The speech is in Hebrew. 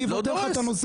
אני אבטל לך את ההסתייגות.